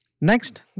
Next